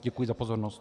Děkuji za pozornost.